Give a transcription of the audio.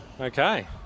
Okay